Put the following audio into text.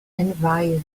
envy